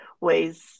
ways